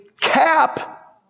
cap